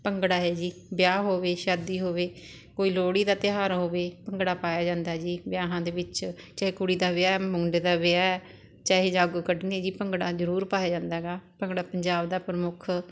ਭੰਗੜਾ ਹੈ ਜੀ ਵਿਆਹ ਹੋਵੇ ਸ਼ਾਦੀ ਹੋਵੇ ਕੋਈ ਲੋਹੜੀ ਦਾ ਤਿਉਹਾਰ ਹੋਵੇ ਭੰਗੜਾ ਪਾਇਆ ਜਾਂਦਾ ਜੀ ਵਿਆਹਾਂ ਦੇ ਵਿੱਚ ਚਾਹੇ ਕੁੜੀ ਦਾ ਵਿਆਹ ਮੁੰਡੇ ਦਾ ਵਿਆਹ ਚਾਹੇ ਜਾਗੋ ਕੱਢਣੀ ਜੀ ਭੰਗੜਾ ਜ਼ਰੂਰ ਪਾਇਆ ਜਾਂਦਾ ਹੈਗਾ ਭੰਗੜਾ ਪੰਜਾਬ ਦਾ ਪ੍ਰਮੁੱਖ